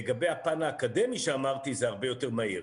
לגבי הפן האקדמי שאמרתי, זה הרבה יותר מהיר.